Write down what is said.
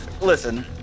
Listen